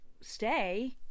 stay